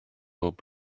pob